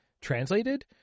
translated